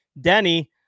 Denny